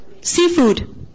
Seafood